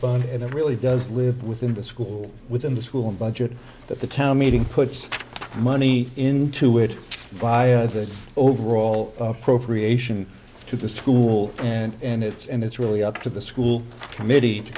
fund and it really does live within the school within the school budget that the town meeting puts money into it by a good overall appropriation to the school and it's and it's really up to the school committee to